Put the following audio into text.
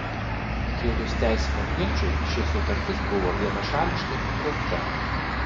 kilus teisiniam ginčui ši sutartis buvo vienašališkai nutraukta